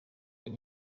uyu